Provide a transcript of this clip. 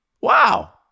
Wow